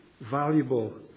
valuable